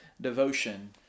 devotion